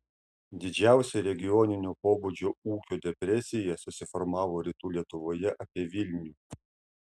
didžiausia regioninio pobūdžio ūkio depresija susiformavo rytų lietuvoje apie vilnių